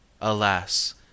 alas